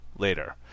Later